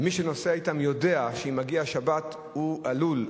ומי שנוסע אתן יודע שאם מגיעה שבת הוא עלול,